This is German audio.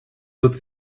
wird